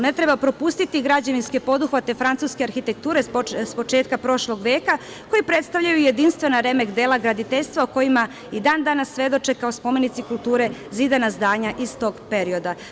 Ne treba propustiti građevinske poduhvate francuske arhitekture s početka prošlog veka, koji predstavljaju jedinstvena remek dela graditeljstva o kojima i dan danas svedoče kao spomenici kulture zidana zdanja iz tog perioda.